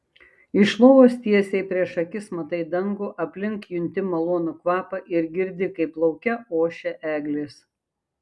iš lovos tiesiai prieš akis matai dangų aplink junti malonų kvapą ir girdi kaip lauke ošia eglės